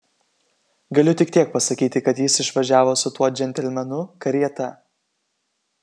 galiu tik tiek pasakyti kad jis išvažiavo su tuo džentelmenu karieta